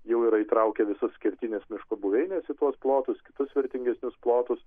jau yra įtraukę visus kertinės miško buveinės į tuos plotus kitus vertingesnius plotus